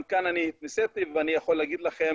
גם בנושא הזה התנסיתי ואני יכול להגיד לכם